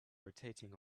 rotating